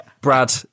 brad